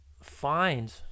find